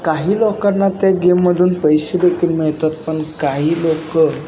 काही लोकांना त्या गेममधून पैसेदेखील मिळतात पण काही लोकं